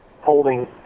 holding